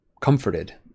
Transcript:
comforted